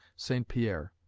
saint pierre.